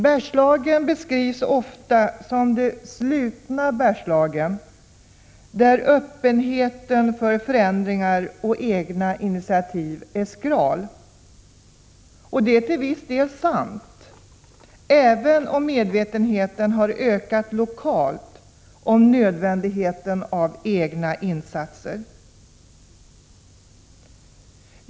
Man talar ofta om det slutna Bergslagen, där öppenheten för förändringar och egna initiativ är skral. Det är till viss del sant, även om medvetenheten lokalt har ökat om nödvändigheten av egna insatser.